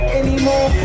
anymore